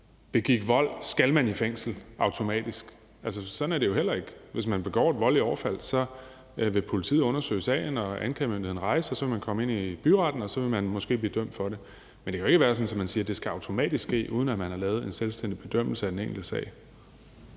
begår vold, så skal man automatisk i fængsel. Altså, sådan er det jo heller ikke. Hvis man begår et voldeligt overfald, vil politiet undersøge sagen, og anklagemyndigheden vil rejse den, og så vil man komme ind i byretten og måske blive dømt for det. Men det kan jo ikke være sådan, at man siger, at det automatisk skal ske, uden at der er lavet en selvstændig bedømmelse af den enkelte sag.